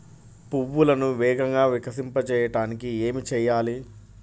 పువ్వులను వేగంగా వికసింపచేయటానికి ఏమి చేయాలి?